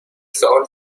سؤال